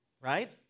right